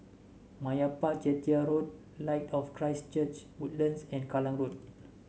Meyappa Chettiar Road Light of Christ Church Woodlands and Kallang Road